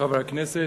חברי הכנסת,